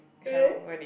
really